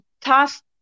task